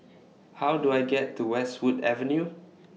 How Do I get to Westwood Avenue